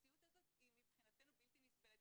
המציאות הזאת היא מבחינתנו בלתי נסבלת.